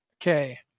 Okay